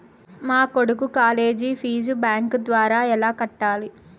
మా కొడుకు college fees bank ద్వారా ఎలా కట్టాలి?